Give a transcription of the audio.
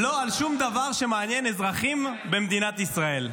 לא על שום דבר שמעניין אזרחים במדינת ישראל.